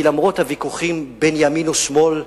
כי למרות הוויכוחים בין ימין לשמאל,